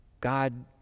God